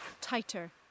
Tighter